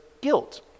guilt